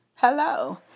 Hello